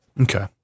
Okay